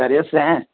خیریت سے ہیں